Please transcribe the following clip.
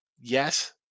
Yes